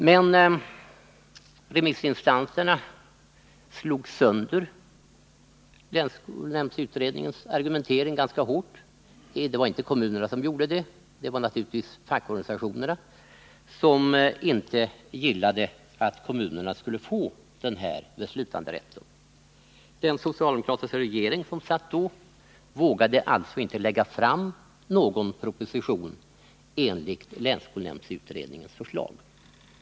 Men remissinstanserna slog sönder utredningens argumentering ganska hårt. Främst var det de fackliga organisationerna som inte gillade att kommunerna fick denna beslutanderätt. Den dåvarande socialdemokratiska regeringen vågade alltså inte lägga fram någon proposition enligt länsskolnämndsutredningens förslag.